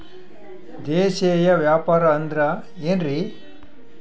ದೇಶೇಯ ವ್ಯಾಪಾರ ಅಂದ್ರೆ ಏನ್ರಿ?